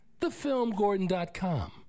TheFilmGordon.com